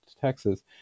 Texas